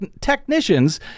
technicians